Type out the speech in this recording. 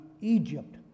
Egypt